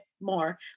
more